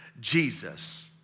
Jesus